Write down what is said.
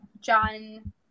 John